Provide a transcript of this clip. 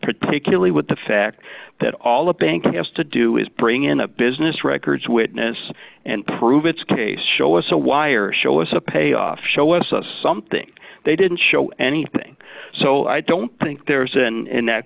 particularly with the fact that all a bank has to do is bring in a business records witness and prove its case show us a wire or show us a payoff show us us something they didn't show anything so i don't think there's an